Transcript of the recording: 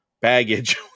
baggage